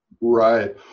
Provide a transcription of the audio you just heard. Right